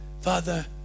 Father